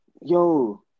yo